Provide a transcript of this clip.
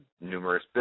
numerous